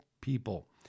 people